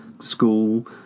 school